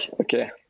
okay